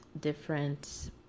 different